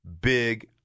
big